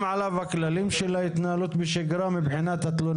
עליו כללי ההתנהלות כפי שחלים בשגרה .